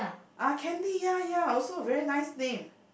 uh candy ya ya also very nice name